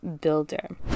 builder